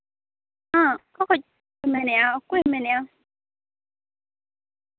ᱦᱮᱸ ᱚᱠᱟ ᱠᱷᱚᱱᱯᱮ ᱢᱮᱱᱮᱫᱼᱟ ᱚᱠᱚᱭᱮᱢ ᱢᱮᱱᱮᱫᱼᱟ